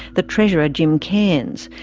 the treasurer, jim cairns.